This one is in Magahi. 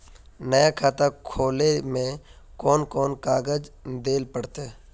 नया खाता खोले में कौन कौन कागज देल पड़ते?